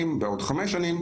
לכן בתי החולים בפריפריה,